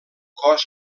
cos